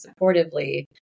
supportively